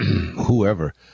whoever